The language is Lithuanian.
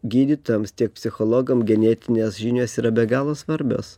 gydytojams tiek psichologam genetinės žinios yra be galo svarbios